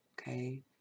okay